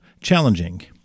challenging